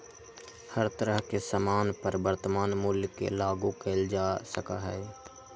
हर तरह के सामान पर वर्तमान मूल्य के लागू कइल जा सका हई